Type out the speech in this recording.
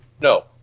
no